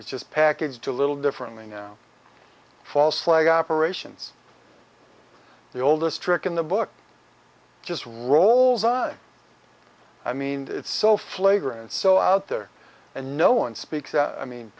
it's just packaged a little differently now false flag operations the oldest trick in the book just rolls eyes i mean it's so flagrant so out there and no one speaks out i mean